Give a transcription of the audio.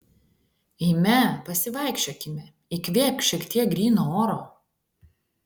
eime pasivaikščiokime įkvėpk šiek tiek gryno oro